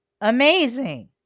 amazing